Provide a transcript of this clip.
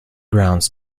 grounds